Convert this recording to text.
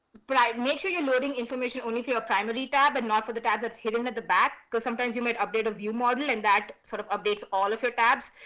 but i mean sure you're loading information only for your primary tab and not for the tabs hidden at the back, because sometimes you may update a view model and that sort of updates all of your tabs.